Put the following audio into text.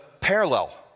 parallel